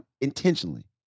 intentionally